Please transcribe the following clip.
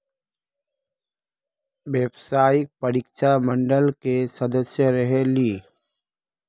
व्यावसायिक परीक्षा मंडल के सदस्य रहे ली?